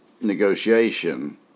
negotiation